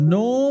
no